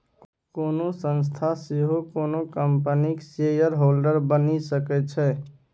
कोनो संस्था सेहो कोनो कंपनीक शेयरहोल्डर बनि सकै छै